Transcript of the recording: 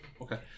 Okay